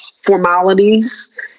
formalities